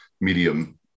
medium